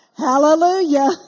Hallelujah